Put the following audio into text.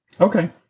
Okay